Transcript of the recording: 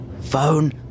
phone